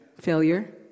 failure